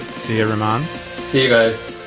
see you, reman. see you guys.